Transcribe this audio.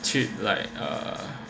cheap like